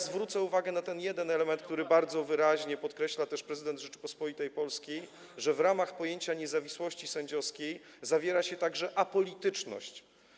Zwrócę uwagę na jeden element, który bardzo wyraźnie podkreśla też prezydent Rzeczypospolitej Polskiej, że w ramach pojęcia niezawisłości sędziowskiej zawiera się także apolityczność.